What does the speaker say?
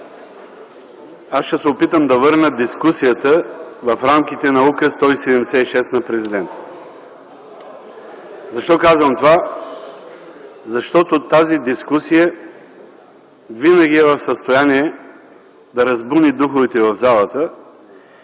Аз ще се опитам да върна дискусията в рамките на Указ 176 на президента. Защо казвам това? Защото тази дискусия винаги е в състояние да разбуни духовете в залата